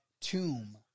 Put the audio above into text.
tomb